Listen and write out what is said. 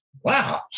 Wow